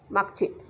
मागचे